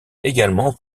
également